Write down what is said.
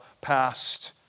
past